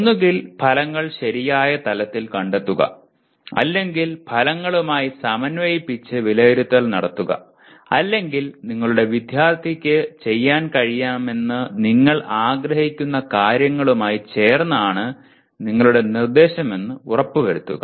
ഒന്നുകിൽ ഫലങ്ങൾ ശരിയായ തലത്തിൽ കണ്ടെത്തുക അല്ലെങ്കിൽ ഫലങ്ങളുമായി സമന്വയിപ്പിച്ച് വിലയിരുത്തൽ നടത്തുക അല്ലെങ്കിൽ നിങ്ങളുടെ വിദ്യാർത്ഥിക്ക് ചെയ്യാൻ കഴിയണമെന്ന് നിങ്ങൾ ആഗ്രഹിക്കുന്ന കാര്യങ്ങളുമായി ചേർന്നാണ് നിങ്ങളുടെ നിർദ്ദേശമെന്ന് ഉറപ്പുവരുത്തുക